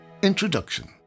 Introduction